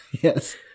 Yes